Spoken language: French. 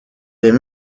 des